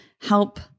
help